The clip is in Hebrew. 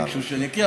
ביקשו שאני אקריא,